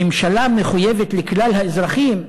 ממשלה מחויבת לכלל האזרחים,